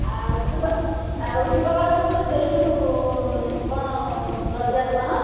ଆଉ ଆଉ କାଳେ କେଉଠି ଗୋଟେ ଦେଇଛୁ କ'ଣ ଜଳଖିଆ ଦୋକାନ